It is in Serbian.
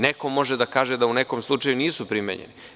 Neko može da kaže da u nekom slučaju nisu primenjeni.